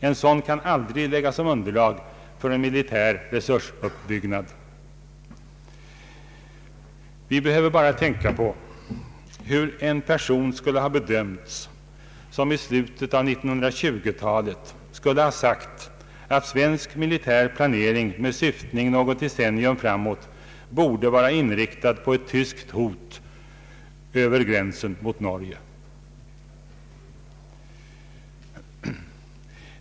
En sådan kan aldrig läggas som underlag för en militär resursuppbyggnad. Vi behöver bara tänka på hur en person skulle ha bedömts som i slutet av 1920-talet hade sagt att svensk militär planering med syftning något decennium framåt borde vara inriktad på ett tyskt hot över gränsen mot Norge.